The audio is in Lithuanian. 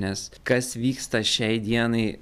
nes kas vyksta šiai dienai